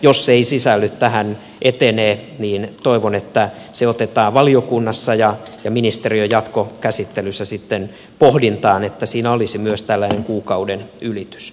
jos se ei sisälly tähän niin toivon että kun tämä lakialoite etenee valiokunnassa ja ministeriön jatkokäsittelyssä otetaan sitten pohdintaan että siinä olisi myös tällainen kuukauden ylitys